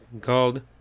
called